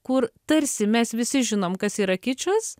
kur tarsi mes visi žinom kas yra kičas